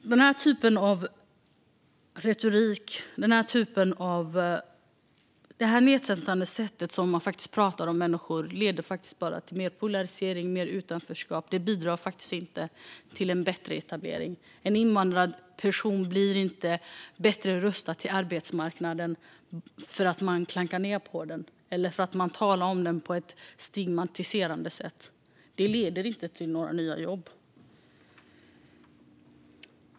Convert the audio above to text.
Den här typen av retorik, det här nedsättande sättet att prata om människor på, leder bara till mer polarisering och mer utanförskap. Det bidrar inte till bättre etablering. En invandrad person blir inte bättre rustad för arbetsmarknaden för att man klankar ned på den eller talar om den på ett stigmatiserande sätt. Det leder inte heller till några nya jobb.